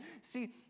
See